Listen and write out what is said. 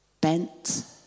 bent